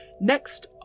next